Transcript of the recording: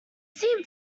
seem